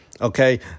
okay